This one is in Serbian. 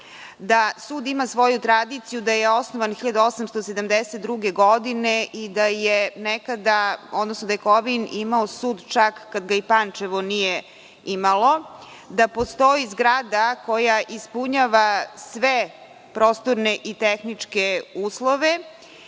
da sud ima svoju tradiciju da je osnovan 1872. godine i da je nekada, odnosno da je Kovin imao sud čak kada ga i Pančevo nije imalo, da postoji zgrada koja ispunjava sve prostorne i tehničke uslove